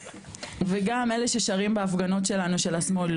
וגם אלה ששרים בהפגנות שלנו של השמאל,